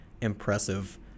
impressive